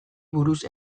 buruz